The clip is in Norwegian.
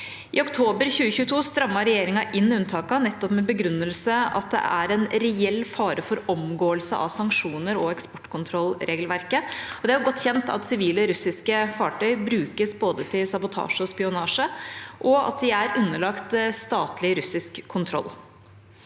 I oktober 2022 strammet regjeringa inn unntakene, nettopp med den begrunnelse at det er en reell fare for omgåelse av sanksjoner og eksportkontrollregelverket. Det er godt kjent at sivile russiske fartøy brukes både til sabotasje og spionasje, og at de er underlagt statlig russisk kontroll.